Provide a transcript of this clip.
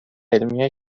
علمی